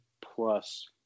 plus